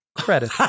Credit